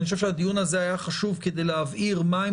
אני חושב שהדיון הזה היה חשוב כדי להבהיר מהן